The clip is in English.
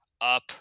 up